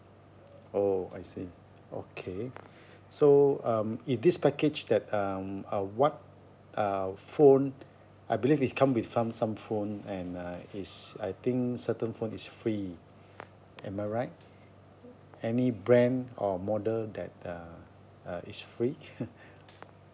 oh I see okay so um in this package that um uh what uh phone I believe is come with some some phone and uh is I think certain phone is free am I right any brand or model that uh uh is free